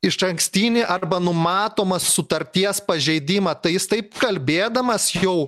išankstinį arba numatomą sutarties pažeidimą tai jis taip kalbėdamas jau